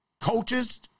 Coaches